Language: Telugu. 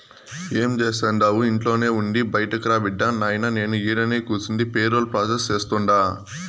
ఏం జేస్తండావు ఇంట్లోనే ఉండి బైటకురా బిడ్డా, నాయినా నేను ఈడనే కూసుండి పేరోల్ ప్రాసెస్ సేస్తుండా